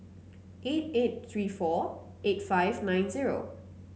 eight eight three four eight five nine zero